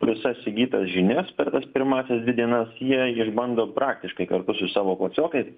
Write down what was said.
visas įgytas žinias per tas pirmąsias dvi dienas jie išbando praktiškai kartu su savo klasiokais